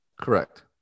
Correct